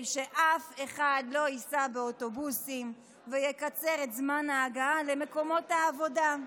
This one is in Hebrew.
שאף אחד לא ייסע באוטובוסים ויקצר את זמן ההגעה למקומות העבודה.